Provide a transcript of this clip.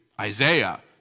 Isaiah